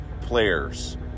players